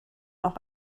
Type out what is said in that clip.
auch